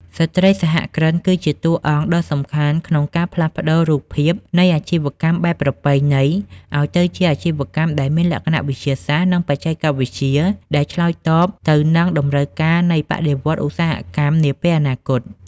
ស្ត្រីសហគ្រិនគឺជាតួអង្គដ៏សំខាន់ក្នុងការផ្លាស់ប្តូររូបភាពនៃអាជីវកម្មបែបប្រពៃណី ឱ្យទៅជាអាជីវកម្មដែលមានលក្ខណៈវិទ្យាសាស្ត្រ និងបច្ចេកវិទ្យា ដែលឆ្លើយតបទៅនឹងតម្រូវការនៃបដិវត្តន៍ឧស្សាហកម្មនាពេលអនាគត។